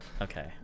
Okay